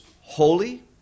holy